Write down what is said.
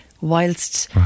whilst